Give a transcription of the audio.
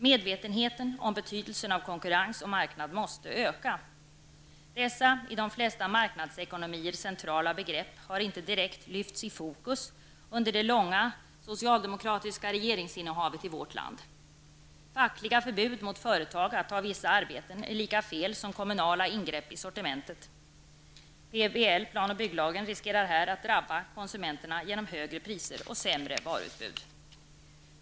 Medvetenheten om betydelsen av konkurrens och marknad måste öka. Dessa i de flesta marknadsekonomier centrala begrepp har inte direkt lyfts fram i fokus under det långa socialdemokratiska regeringsinnehavet i vårt land. Fackliga förbud mot företag att ta vissa arbeten är lika fel som kommunala ingrepp i sortimentet. Plan och bygglagen riskerar här att drabba konsumenterna genom högre priser och sämre varuutbud.